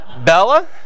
Bella